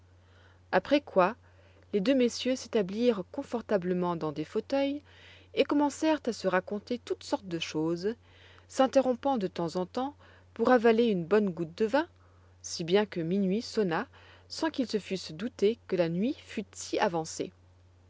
après quoi les deux messieurs s'établirent confortablement dans des fauteuils et commencèrent à se raconter toutes sortes de choses s'interrompant de temps en temps pour avaler une bonne goutte de vin si bien que minuit sonna sans qu'ils se fussent doutés que la nuit fût si avancée